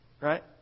right